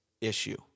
issue